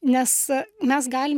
nes mes galim